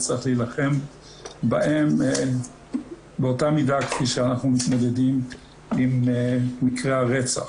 וצריך להילחם בהם באותה מידה כפי שאנחנו מתמודדים עם מקרי הרצח.